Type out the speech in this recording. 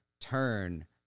turn